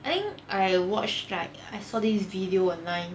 I think I watch like I saw this video online